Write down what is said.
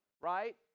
Right